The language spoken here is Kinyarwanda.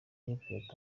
yatangaje